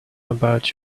about